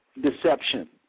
deception